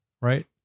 Right